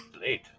Late